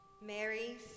Mary